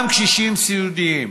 גם קשישים סיעודיים.